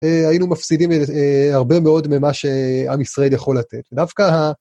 היינו מפסידים הרבה מאוד ממה שעם ישראל יכול לתת. דווקא ה...